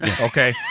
Okay